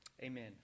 Amen